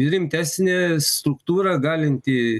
rimtesnė struktūra galinti